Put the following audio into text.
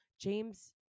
james